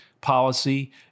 policy